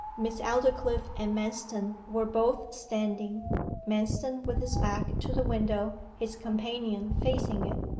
miss aldclyffe and manston were both standing manston with his back to the window, his companion facing it.